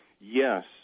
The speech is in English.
Yes